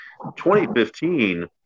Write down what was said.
2015